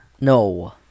No